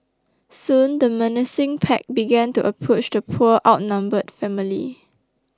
soon the menacing pack began to approach the poor outnumbered family